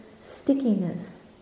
stickiness